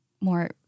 more